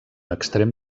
extrem